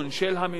עם האזרח,